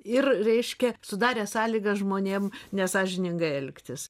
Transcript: ir reiškia sudarė sąlygas žmonėm nesąžiningai elgtis